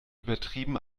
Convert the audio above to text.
übertrieben